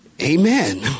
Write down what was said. amen